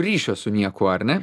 ryšio su niekuo ar ne